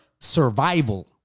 survival